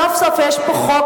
סוף-סוף יש פה חוק,